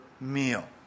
meal